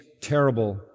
terrible